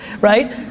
right